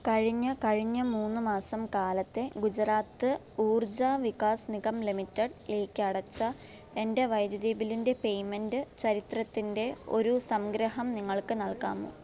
കഴിഞ്ഞ കഴിഞ്ഞ മൂന്ന് മാസം കാലത്തെ ഗുജറാത്ത് ഊർജ വികാസ് നിഗം ലിമിറ്റഡ് ലേക്ക് അടച്ച എന്റെ വൈദ്യുതി ബില്ലിന്റെ പേയ്മെൻറ്റ് ചരിത്രത്തിന്റെ ഒരു സംഗ്രഹം നിങ്ങൾക്ക് നൽകാമോ